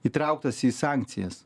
įtrauktas į sankcijas